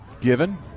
given